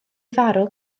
farw